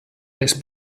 les